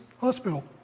hospital